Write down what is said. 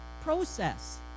process